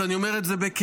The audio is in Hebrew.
ואני אומר את זה בכאב,